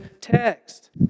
text